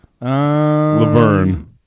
Laverne